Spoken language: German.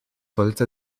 wollte